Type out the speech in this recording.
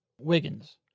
Wiggins